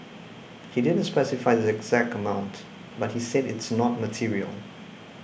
he didn't specify the exact amount but he said it's not material